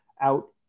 out